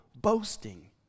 boasting